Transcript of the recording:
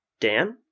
Dan